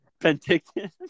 Penticton